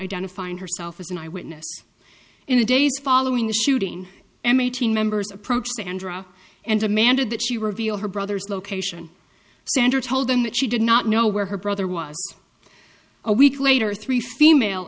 identifying herself as an eyewitness in the days following the shooting and eighteen members approached andra and demanded that she reveal her brother's location sandra told them that she did not know where her brother was a week later three female